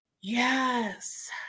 Yes